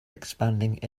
expanding